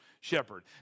shepherd